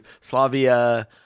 Slavia